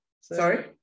sorry